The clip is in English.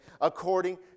according